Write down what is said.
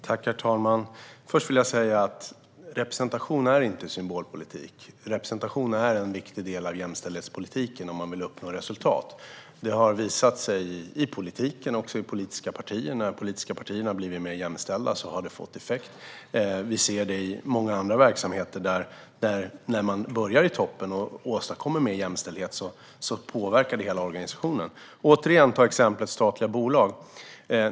Herr talman! Först vill jag säga att representation inte är symbolpolitik. Representation är en viktig del av jämställdhetspolitiken om man vill uppnå resultat. Det har visat sig i politiken och i de politiska partierna, och det har fått effekt. Vi ser det i många andra verksamheter där, när man börjar i toppen och åstadkommer mer jämställdhet, hela organisationen påverkas. Vi kan återigen ta exemplet statliga bolag.